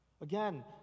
Again